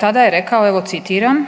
tada je rekao, evo citiram: